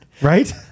Right